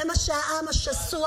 זה מה שהעם השסוע